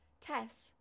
Tess